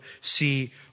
see